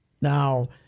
Now